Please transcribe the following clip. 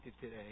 today